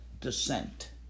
descent